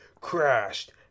crashed